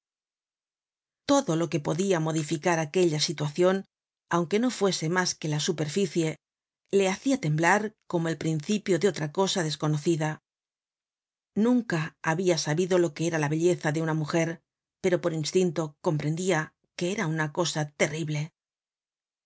todo lo que podia modificar aquella situacion aunque no fuese mas que la superficie le hacia temblar como el principio de otra cosa desconocida nunca habia sabido lo que era la belleza de una mujer pero por instinto comprendia que era una cosa terrible